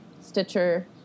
Stitcher